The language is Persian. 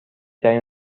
ترین